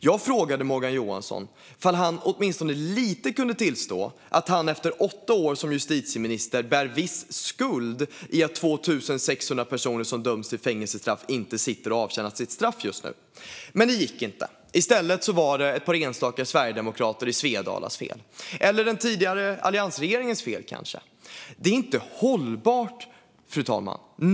Jag frågade Morgan Johansson ifall han åtminstone lite kunde tillstå att han efter åtta år som justitieminister bär viss skuld till att 2 600 personer som dömts till fängelsestraff inte sitter och avtjänar sitt straff just nu, men det gick inte. I stället var det ett par enstaka sverigedemokrater i Svedalas fel, eller kanske den tidigare alliansregeringens fel. Detta är inte hållbart, fru talman.